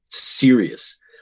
serious